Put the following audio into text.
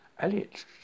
Elliot